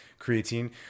creatine